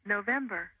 November